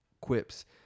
quips